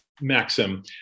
maxim